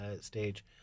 stage